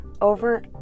over